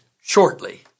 shortly